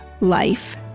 life